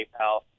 paypal